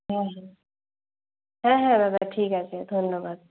হ্যাঁ হ্যাঁ হ্যাঁ দাদা ঠিক আছে ধন্যবাদ